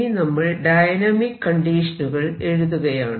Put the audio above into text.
ഇനി നമ്മൾ ഡയനാമിക് കണ്ടീഷനുകൾ എഴുതുകയാണ്